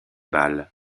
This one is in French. balles